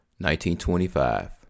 1925